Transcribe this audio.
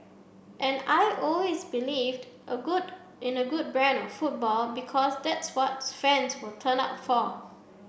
and I always believed a good in a good brand of football because that's what fans will turn up for